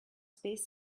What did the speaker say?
space